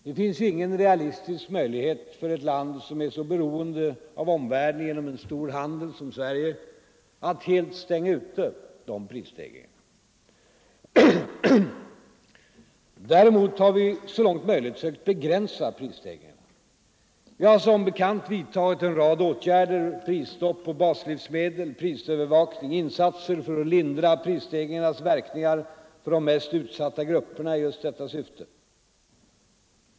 Det finns ingen realistisk möjlighet för ett land som är så beroende av omvärlden genom en stor handel som Sverige att helt stänga ute dessa prisstegringar. Däremot har vi så långt möjligt sökt begränsa prisstegringarna. Vi har som bekant vidtagit en rad åtgärder: prisstopp på baslivsmedel, prisövervakning, insatser för att lindra prisstegringarnas verkningar för de mest utsatta grupperna i just detta syfte.